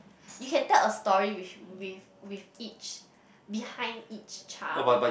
you can tell a story with with with each behind each charm